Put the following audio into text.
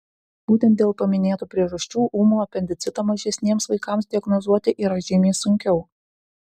būtent dėl paminėtų priežasčių ūmų apendicitą mažesniems vaikams diagnozuoti yra žymiai sunkiau